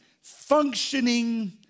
functioning